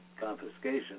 confiscation